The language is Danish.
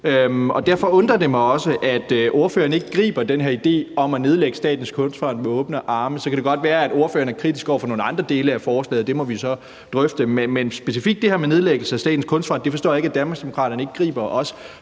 Derfor undrer det mig også, at ordføreren ikke griber den her idé om at nedlægge Statens Kunstfond med åbne arme. Så kan det godt være, at ordføreren er kritisk over for nogle andre dele af forslaget. Det må vi så drøfte. Men specifikt det her med nedlæggelse af Statens Kunstfond forstår jeg ikke at Danmarksdemokraterne ikke griber.